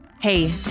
Hey